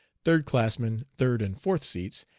third classmen third and fourth seats,